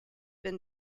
been